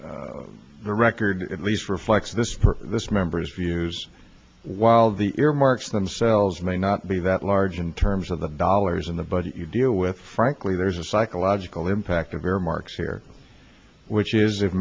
that the record at least reflects this for this members views while the earmarks themselves may not be that large in terms of the dollars in the budget you deal with frankly there's a psychological impact of earmarks here which is if